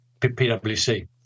PwC